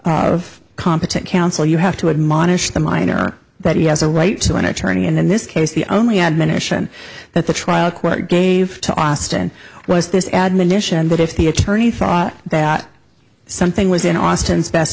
of competent counsel you have to admonish the minor that he has a right to an attorney and in this case the only admonition that the trial court gave to ostend was this admonition that if the attorney thought that something was in austin